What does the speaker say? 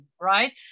right